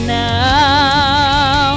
now